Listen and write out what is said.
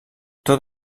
tot